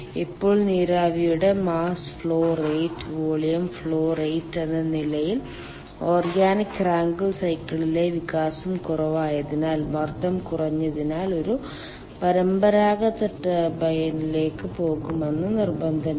ഇപ്പോൾ നീരാവിയുടെ mass flow rate volume flow rate എന്ന നിലയിൽ ഓർഗാനിക് റാങ്കിൻ സൈക്കിളിലെ വികാസം കുറവായതിനാൽ മർദ്ദം കുറഞ്ഞതിനാൽ ഒരു പരമ്പരാഗത ടർബൈനിലേക്ക് പോകണമെന്ന് നിർബന്ധമില്ല